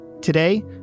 Today